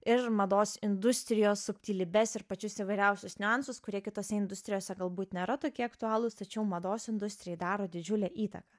ir mados industrijos subtilybes ir pačius įvairiausius niuansus kurie kitose industrijose galbūt nėra tokie aktualūs tačiau mados industrijai daro didžiulę įtaką